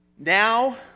Now